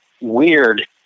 weird